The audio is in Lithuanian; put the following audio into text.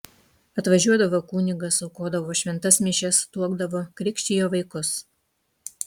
atvažiuodavo kunigas aukodavo šventas mišias tuokdavo krikštijo vaikus